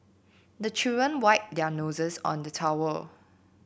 the children wipe their noses on the towel